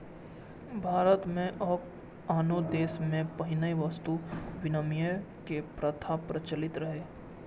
भारत मे आ आनो देश मे पहिने वस्तु विनिमय के प्रथा प्रचलित रहै